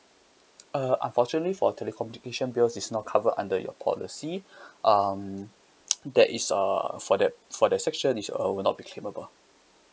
uh unfortunately for telecommunication bills it's not cover under your policy um that is uh for that for the section it's uh will not be claimable